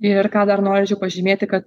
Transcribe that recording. ir ką dar norėčiau pažymėti kad